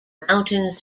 mountain